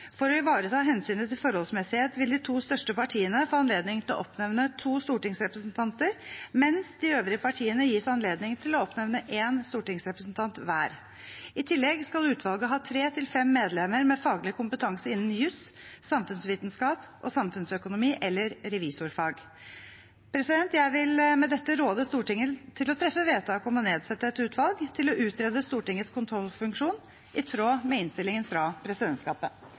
For å ivareta hensynet til forholdsmessighet vil de to største partiene få anledning til å oppnevne to stortingsrepresentanter, mens de øvrige partiene gis anledning til å oppnevne én stortingsrepresentant hver. I tillegg skal utvalget ha tre til fem medlemmer med faglig kompetanse innen jus, samfunnsvitenskap og samfunnsøkonomi eller revisorfag. Jeg vil med dette råde Stortinget til å treffe vedtak om å nedsette et utvalg til å utrede Stortingets kontrollfunksjon i tråd med innstillingen fra presidentskapet.